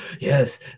yes